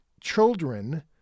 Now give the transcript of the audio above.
children